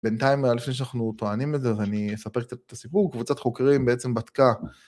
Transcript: בינתיים לפני שאנחנו טוענים את זה, ואני אספר קצת את הסיפור. קבוצת חוקרים בעצם בדקה.